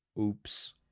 Oops